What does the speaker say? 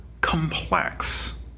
complex